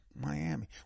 Miami